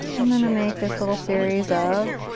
and i'm gonna make this little series of